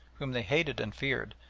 whom they hated and feared,